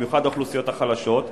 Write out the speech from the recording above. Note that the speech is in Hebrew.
במיוחד האוכלוסיות החלשות,